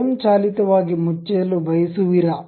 ಸ್ವಯಂಚಾಲಿತವಾಗಿ ಮುಚ್ಚಲು ಬಯಸುವಿರಾ